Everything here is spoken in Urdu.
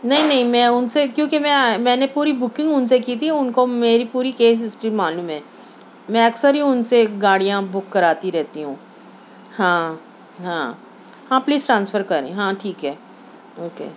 نہیں نہیں میں ان سے کیوں کہ میں میں نے پوری بوکنگ ان سے کی تھی ان کو میری پوری کیس ہسٹری معلوم ہے میں اکثر ہی ان سے گاڑیاں بک کراتی رہتی ہوں ہاں ہاں ہاں پلیز ٹرانسفر کریں ہاں ٹھیک ہے اوکے